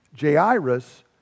Jairus